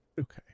Okay